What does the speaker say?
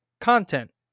content